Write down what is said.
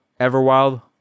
Everwild